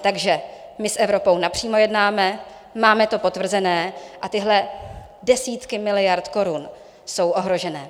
Takže my s Evropou napřímo jednáme, máme to potvrzené a tyhle desítky miliard korun jsou ohrožené.